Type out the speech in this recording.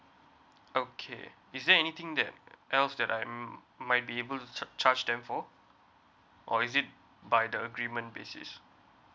okay is there anything that else that I'm um might be able to charge charge them for or is it by the agreement basis